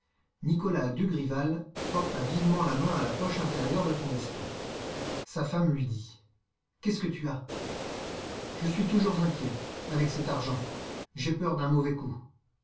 nicolas dugrival porta vivement la main à la poche intérieure de son veston sa femme lui dit qu'est-ce que tu as je suis toujours inquiet avec ton argent j'ai peur d'un mauvais coup